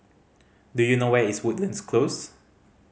do you know where is Woodlands Close